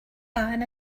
ann